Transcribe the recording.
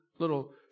little